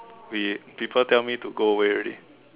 where people tell me to go away already